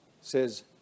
says